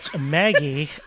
Maggie